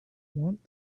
want